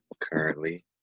currently